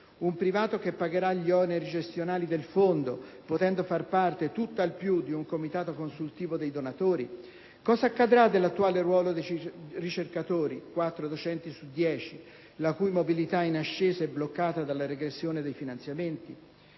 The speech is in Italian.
Un privato che pagherà gli oneri gestionali del fondo, potendo far parte, tutt'al più, di un Comitato consultivo dei donatori? Cosa accadrà dell'attuale ruolo dei ricercatori - quattro docenti su dieci - la cui mobilità in ascesa è bloccata dalla regressione dei finanziamenti?